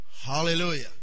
Hallelujah